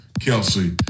Kelsey